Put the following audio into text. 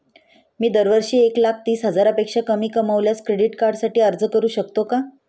मी दरवर्षी एक लाख तीस हजारापेक्षा कमी कमावल्यास क्रेडिट कार्डसाठी अर्ज करू शकतो का?